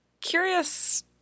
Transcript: curious –